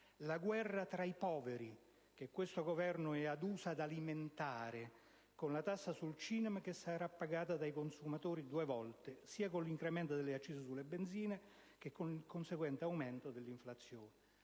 la guerra tra i poveri, che questo Governo è aduso ad alimentare, con la tassa sul cinema che sarà pagata dai consumatori due volte, sia con l'incremento delle accise sulla benzine, che con il conseguente aumento dell'inflazione.